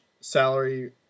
salary